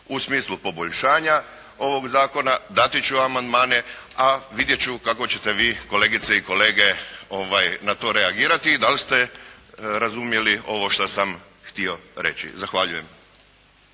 U smislu poboljšanja ovog zakona dati ću amandmane, a vidjeti ću kako ćete vi kolegice i kolege na to reagirati i da li ste razumjeli ovo što sam htio reći. Zahvaljujem.